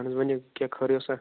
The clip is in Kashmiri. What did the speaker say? اَہَن حظ ؤنِو کیٛاہ خٲرٕے اوسا